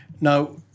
Now